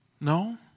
No